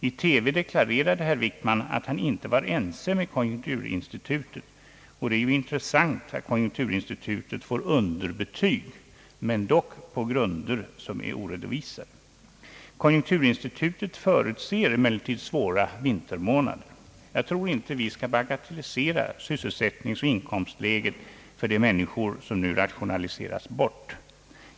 I TV deklarerade herr Wick man att han inte var ense med konjunkturinstitutet, och det är ju intressant att konjunkturinstitutet får underbetyg, dock på grunder som är oredovisade. Konjunkturinstitutet förutser emellertid svåra vintermånader. Jag tror inte vi skall bagatellisera sysselsättningsoch inkomstläget för de människor, som nu rationaliseras bort.